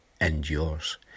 endures